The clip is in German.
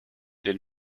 den